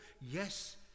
Yes